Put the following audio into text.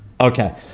Okay